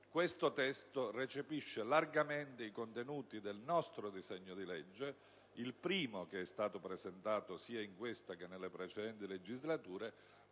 questo testo recepisce largamente i contenuti del nostro disegno di legge, il primo che è stato presentato, sia in questa che nelle precedenti legislature,